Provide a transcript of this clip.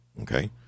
okay